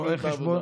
רואי חשבון,